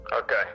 Okay